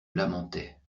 lamentait